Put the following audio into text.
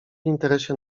interesie